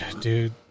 dude